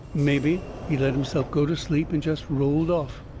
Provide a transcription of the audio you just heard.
mebby he let himself go to sleep and jest rolled off.